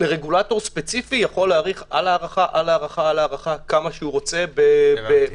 רגולטור ספציפי יכול להאריך הארכה על הארכה כמה שהוא רוצה בתהליך.